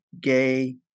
gay